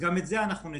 גם את זה אנחנו נתקן.